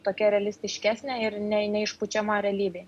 tokia realistiškesnė ir ne neišpučiama realybėj